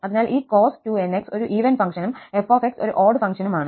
അതിനാൽ ഈ cos 2nx ഒരു ഈവൻ ഫംഗ്ഷനും f ഒരു ഓട് ഫംഗ്ഷനുമാണ്